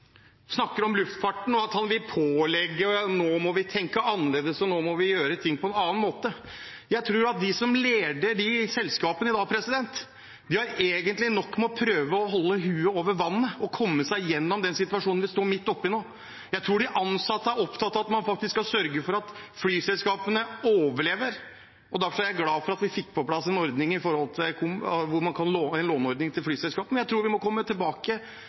snakker om luftfarten, at han vil pålegge og at vi nå må tenke annerledes og gjøre ting på en annen måte: Jeg tror at de som leder de selskapene i dag, egentlig har nok med å prøve å holde hodet over vannet og komme seg gjennom den situasjonen vi nå står midt oppe i. Jeg tror de ansatte er opptatt av at man faktisk skal sørge for at flyselskapene overlever. Derfor er jeg glad for at vi fikk på plass en låneordning til flyselskapene. Jeg tror vi må komme tilbake med flere tiltak framover hvis vi skal sørge for å ha en flybransje også i framtiden. Jeg tror